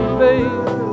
baby